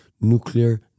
Nuclear